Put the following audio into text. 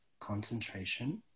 concentration